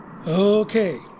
Okay